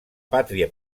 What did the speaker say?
pàtria